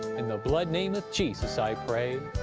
in the blood-name of jesus i pray,